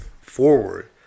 forward